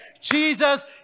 Jesus